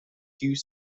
hugh